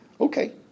Okay